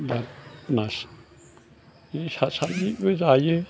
दा मास जे साद सादनैबो जायो